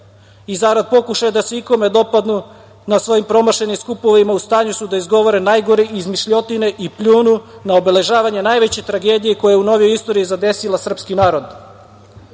i zarad pokušaja da se ikada ikome dopadnu, na svojim promašenim skupovima, u stanju su da izgovore najgore izmišljotine i pljunu na obeležavanje najveće tragedije koja je u novijoj istoriji zadesila srpski